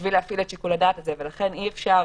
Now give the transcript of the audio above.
בשביל להפעיל את שיקול הדעת הזה, ולכן אי-אפשר